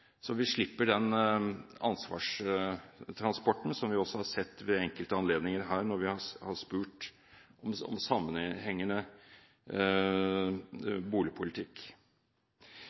så vi slipper den ansvarstransporten som vi også har sett ved enkelte anledninger her når vi har spurt om sammenhengende boligpolitikk.